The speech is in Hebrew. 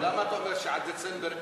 למה אתה אומר שעד דצמבר,